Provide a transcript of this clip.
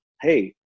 hey